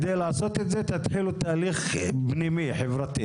על מנת לעשות את זה תתחילו תהליך פנימי, חברתי.